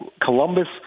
Columbus